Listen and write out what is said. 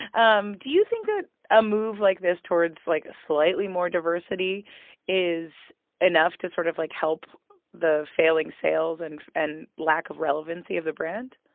um do you think that a move like this towards, like, slightly more diversity is enough to sort of, like, help the failing sales and and lack of relevancy of the brand?